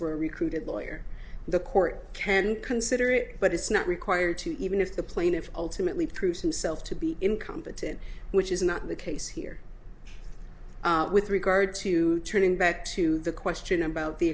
a recruited lawyer the court can consider it but it's not required to even if the plaintiff ultimately proves himself to be incompetent which is not the case here with regard to turning back to the question about the